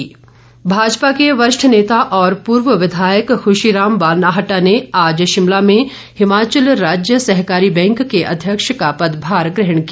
बाल्लाटाह भाजपा के वरिष्ठ नेता और पूर्व विधायक खुशीराम बाल्नाटाह ने आज शिमला में हिमाचल राज्य सहकारी बैंक के अध्यक्ष का पदभार ग्रहण किया